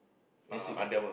Asics ah